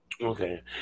Okay